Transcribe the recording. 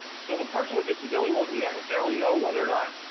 so the person with disability won't necessarily know whether or not